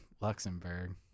Luxembourg